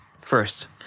first